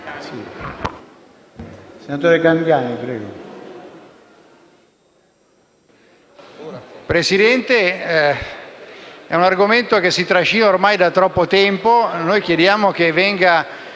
Presidente, è un argomento che si trascina ormai da troppo tempo. Noi chiediamo che venga